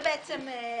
יש כאן